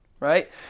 right